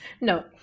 No